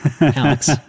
Alex